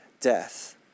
death